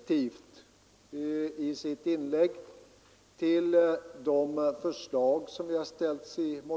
Jag yrkar bifall till utskottets förslag.